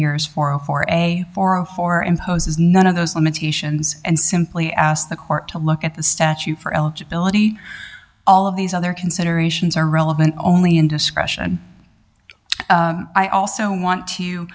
is for a for a for a whore imposes none of those limitations and simply ask the court to look at the statute for eligibility all of these other considerations are relevant only indiscretion i also want to